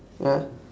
ya